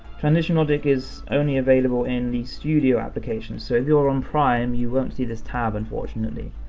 transition logic is only available in the studio application. so if you're on prime, you won't see this tab unfortunately.